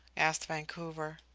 asked vancouver.